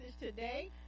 today